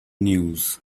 news